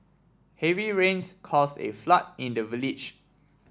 heavy rains caused a flood in the village